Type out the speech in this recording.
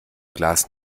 glas